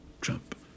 Trump